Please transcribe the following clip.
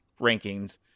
rankings